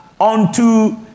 unto